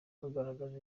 bazagaragaza